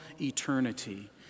eternity